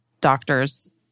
doctors